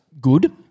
good